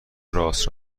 راست